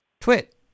Twit